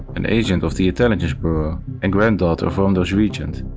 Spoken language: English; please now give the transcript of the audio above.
an agent of the intelligence bureau and granddaughter of romdeau's regent,